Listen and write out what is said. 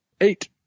Eight